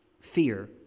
Fear